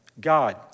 God